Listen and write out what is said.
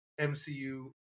MCU